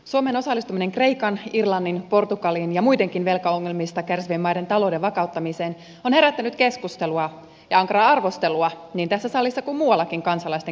suomen osallistuminen kreikan irlannin portugalin ja muidenkin velkaongelmista kärsivien maiden talouden vakauttamiseen on herättänyt keskustelua ja ankaraa arvosteltua niin tässä salissa kuin muuallakin kansalaisten keskuudessa